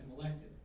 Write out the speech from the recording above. elected